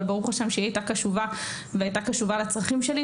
אבל ברוך השם שהיא הייתה קשובה והייתה קשובה לצרכים שלי,